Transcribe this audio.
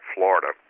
Florida